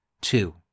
two